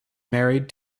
married